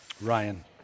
Ryan